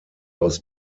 aus